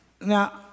Now